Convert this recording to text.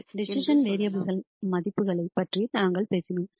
எனவே decision variable மதிப்புகளைப் பற்றி நாங்கள் பேசினோம்